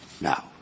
Now